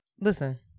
Listen